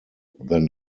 than